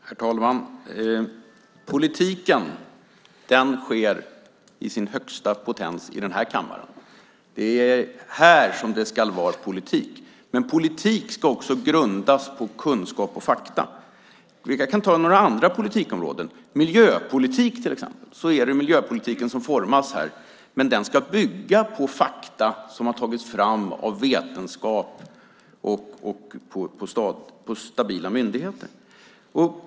Herr talman! Politiken förs i sin högsta potens i den här kammaren. Det är här som det ska vara politik. Men politik ska också grundas på kunskap och fakta. Jag kan ta några politikområden. När det till exempel gäller miljöpolitiken formas den här, men den ska byggas på fakta som har tagits fram av vetenskap på stabila myndigheter.